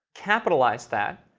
capitalize that,